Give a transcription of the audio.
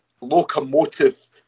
locomotive